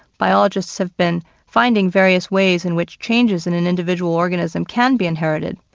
biologists have been finding various ways in which changes in an individual organism can be inherited.